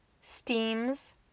steams